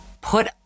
put